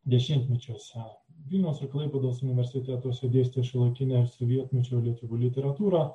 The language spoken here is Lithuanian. dešimtmečiuose vilniaus ir klaipėdos universitetuose dėstė šiuolaikinę sovietmečio lietuvių literatūrą